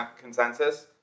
consensus—